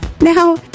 now